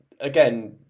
again